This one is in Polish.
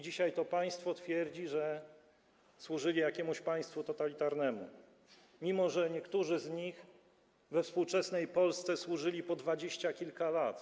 Dzisiaj to państwo twierdzi, że służyli jakiemuś państwu totalitarnemu, mimo że niektórzy z nich we współczesnej Polsce służyli po dwadzieścia kilka lat.